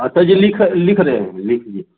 हाँ सर जी लिख लिख रहे हैं लिख लिए